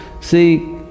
See